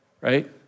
right